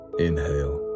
inhale